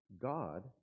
God